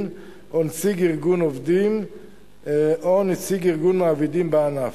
או נציג ארגון עובדים או נציג ארגון מעבידים בענף.